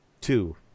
two